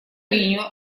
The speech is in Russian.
линию